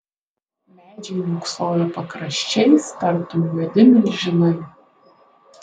medžiai niūksojo pakraščiais tartum juodi milžinai